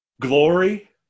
glory